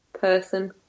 person